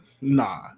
Nah